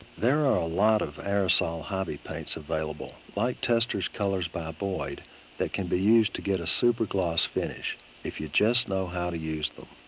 there are a lot of aerosol hobby paints available like testor's colors by boyd that can be used to get a super gloss finish if you just know how to use them.